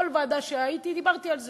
בכל ישיבת ועדה שהייתי דיברתי על זה,